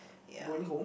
ya